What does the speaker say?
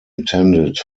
intended